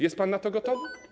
Jest pan na to gotowy?